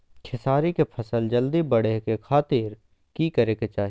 खेसारी के फसल जल्दी बड़े के खातिर की करे के चाही?